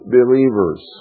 believers